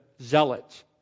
zealots